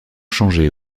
changé